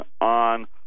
on